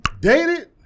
Dated